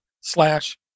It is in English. slash